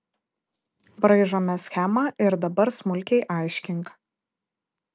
braižome schemą ir dabar smulkiai aiškink